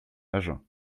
agen